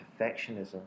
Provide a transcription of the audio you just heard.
perfectionism